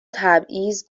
تبعیض